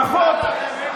ברכות.